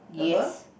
above